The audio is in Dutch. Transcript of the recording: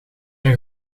een